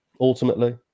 ultimately